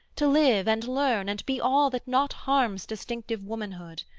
to live and learn and be all that not harms distinctive womanhood.